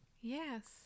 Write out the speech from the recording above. Yes